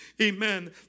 Amen